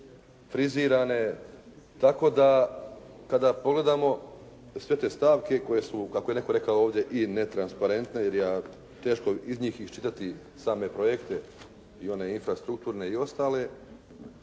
frizirane tako da kada pogledamo sve te stavke koje su kako je netko rekao ovdje i netransparentne jer je teško iz njih iščitati same projekte i one infrastrukturne i ostale